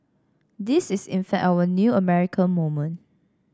this is in fact our new American moment